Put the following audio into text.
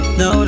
no